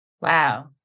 Wow